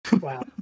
Wow